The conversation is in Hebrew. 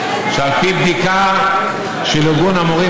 שעל פי בדיקה של ארגון המורים,